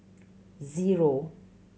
zero